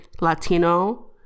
latino